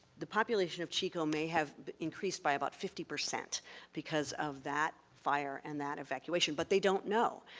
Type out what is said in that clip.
the population of chico may have increased by about fifty percent because of that fire and that evacuation, but they don't know.